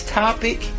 topic